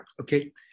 okay